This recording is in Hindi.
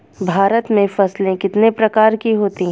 भारत में फसलें कितने प्रकार की होती हैं?